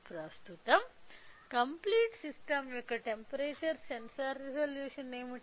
ప్రస్తుతం complete system యొక్క temperature sensor resolution ఏమిటి